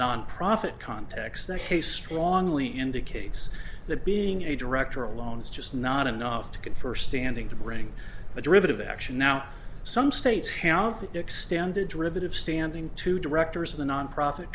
nonprofit context the case strongly indicates that being a director alone is just not enough to confer standing to bring a derivative action now some states have extended rivet have standing to directors of the nonprofit